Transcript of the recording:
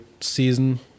season